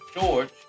George